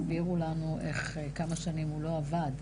הסבירו לנו איך כמה שנים הוא לא עבד.